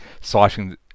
citing